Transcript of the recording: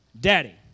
Daddy